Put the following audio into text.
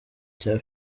cya